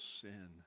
sin